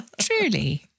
Truly